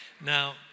Now